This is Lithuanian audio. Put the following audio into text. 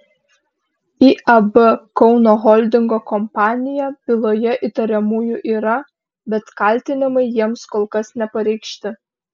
iab kauno holdingo kompanija byloje įtariamųjų yra bet kaltinimai jiems kol kas nepareikšti